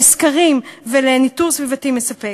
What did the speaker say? לא מוקצים משאבים לסקרים ולניטור סביבתי מספק.